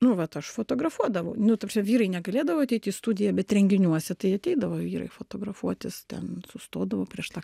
nu vat aš fotografuodavau nu ta prasme vyrai negalėdavo ateit į studiją bet renginiuose tai ateidavo vyrai fotografuotis ten sustodavo prieš tą